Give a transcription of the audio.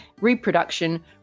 reproduction